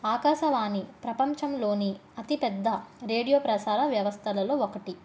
ఆకాశవాణి ప్రపంచంలోని అతి పెద్ద రేడియో ప్రసార వ్యవస్థలలో ఒకటి